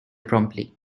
promptly